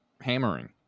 Hammering